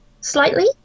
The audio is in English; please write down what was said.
slightly